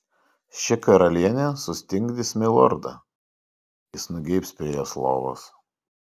ši karalienė sustingdys milordą jis nugeibs prie jos lovos